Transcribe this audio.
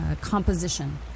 composition